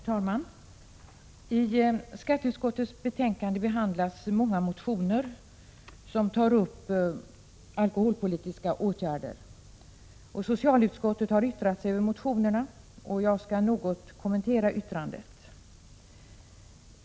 Herr talman! I skatteutskottets betänkande behandlas många motioner som tar upp alkoholpolitiska åtgärder. Socialutskottet har yttrat sig över motionerna. Jag skall något kommentera yttrandet.